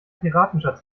piratenschatz